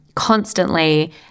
constantly